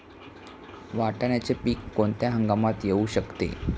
वाटाण्याचे पीक कोणत्या हंगामात येऊ शकते?